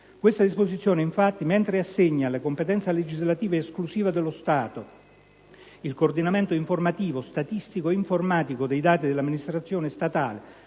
Questa disposizione, infatti, mentre assegna alla competenza legislativa esclusiva dello Stato il coordinamento informativo, statistico e informatico dei dati dell'amministrazione statale,